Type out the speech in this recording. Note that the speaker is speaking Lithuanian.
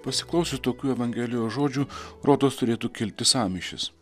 pasiklausius tokių evangelijos žodžių rodos turėtų kilti sąmyšis